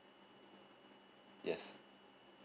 yes